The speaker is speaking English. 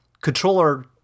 controller